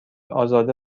ازاده